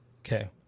Okay